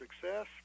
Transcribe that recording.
success